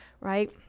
right